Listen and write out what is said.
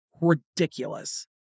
ridiculous